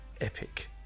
epic